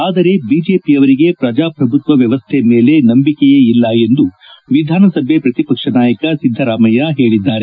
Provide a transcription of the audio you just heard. ಆದರೆ ಬಿಜೆಪಿಯವರಿಗೆ ಪ್ರಜಾಪ್ರಭುತ್ತ ವ್ಯವಸ್ಥೆ ಮೇಲೆ ನಂಬಿಕೆಯೇ ಇಲ್ಲ ಎಂದು ವಿಧಾನಸಭೆ ಪ್ರತಿಪಕ್ಷ ನಾಯಕ ಸಿದ್ದರಾಮಯ್ಯ ಹೇಳಿದ್ದಾರೆ